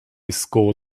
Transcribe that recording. score